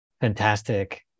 fantastic